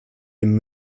dem